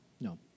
No